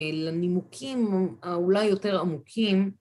‫אל הנימוקים האולי יותר עמוקים.